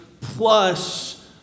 plus